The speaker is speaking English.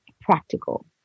practical